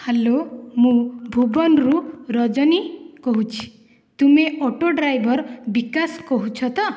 hello ମୁଁ ଭୁବନରୁ ରଜନୀ କହୁଛି ତୁମେ ଅଟୋ ଡ୍ରାଇଭର ବିକାଶ କହୁଛ ତ